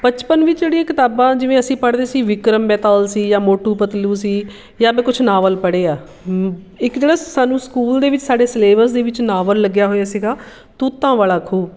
ਬਚਪਨ ਵਿੱਚ ਜਿਹੜੀਆਂ ਕਿਤਾਬਾਂ ਜਿਵੇਂ ਅਸੀਂ ਪੜ੍ਹਦੇ ਸੀ ਵਿਕਰਮ ਬੇਤੌਲ ਸੀ ਜਾਂ ਮੋਟੂ ਪਤਲੂ ਸੀ ਜਾਂ ਮੈਂ ਕੁਛ ਨਾਵਲ ਪੜ੍ਹੇ ਆ ਇੱਕ ਜਿਹੜਾ ਸਾਨੂੰ ਸਕੂਲ ਦੇ ਵਿੱਚ ਸਾਡੇ ਸਿਲੇਬਸ ਦੇ ਵਿੱਚ ਨਾਵਲ ਲੱਗਿਆ ਹੋਇਆ ਸੀਗਾ ਤੂਤਾਂ ਵਾਲਾ ਖੂਹ